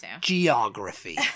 Geography